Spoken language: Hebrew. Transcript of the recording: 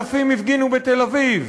אלפים הפגינו בתל-אביב,